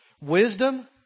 Wisdom